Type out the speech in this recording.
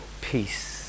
peace